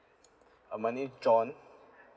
uh my name is john